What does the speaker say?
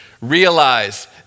Realize